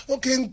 Okay